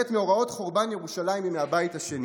את מאורעות חורבן ירושלים מימי הבית השני.